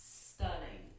stunning